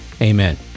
Amen